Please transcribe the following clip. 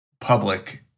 public